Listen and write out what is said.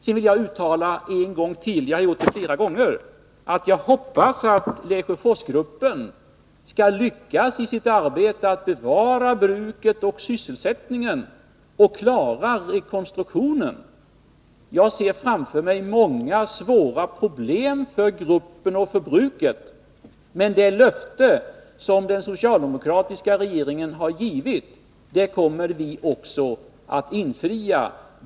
Jag vill än en gång uttala, som jag redan gjort flera gånger, att jag hoppas att Lesjöforsgruppen skall lyckas i sitt arbete att klara rekonstruktionen och bevara bruket och sysselsättningen. Jag ser många och svåra problem för gruppen och för bruket, men den socialdemokratiska regeringen kommer att infria det löfte som den har givit.